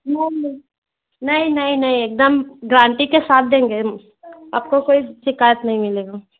नहीं नहीं नहीं एकदम गारंटी के साथ देगें आपको कोई शिकायत नहीं मिलेगा